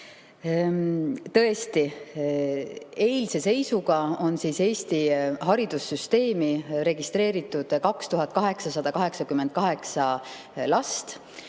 Tõesti, eilse seisuga on Eesti haridussüsteemi registreeritud 2888